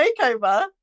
makeover